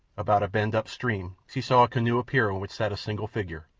about a bend up-stream, she saw a canoe appear in which sat a single figure.